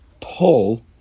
pull